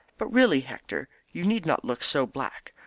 but really, hector, you need not look so black,